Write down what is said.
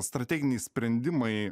strateginiai sprendimai